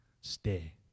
stay